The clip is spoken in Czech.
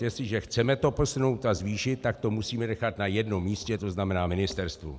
Jestliže to chceme posunout a zvýšit, tak to musíme nechat na jednom místě, to znamená ministerstvu.